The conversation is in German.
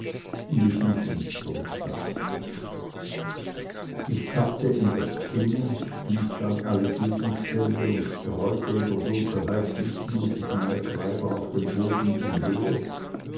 und ich im finstern stand ich tappte in das zimmer stieß an alle gegenstände und streute in der dunkelheit mißmutig meine kleider auf dem boden umher